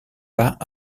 pas